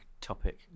topic